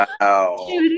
Wow